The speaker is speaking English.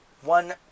one